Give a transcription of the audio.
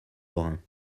lorrains